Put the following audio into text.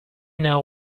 know